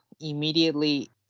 immediately